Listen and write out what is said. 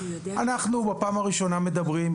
אנחנו בפעם הראשונה מדברים,